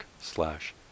slash